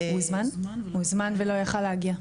הוא הוזמן ולא יכול להגיע,